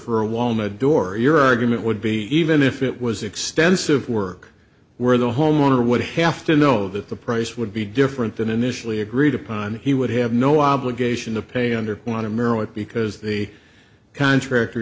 woma door your argument would be even if it was extensive work where the homeowner would have to know that the price would be different than initially agreed upon he would have no obligation to pay under water merit because the contractor